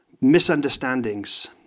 misunderstandings